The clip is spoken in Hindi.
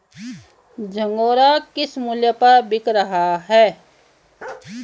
झंगोरा किस मूल्य पर बिक रहा है?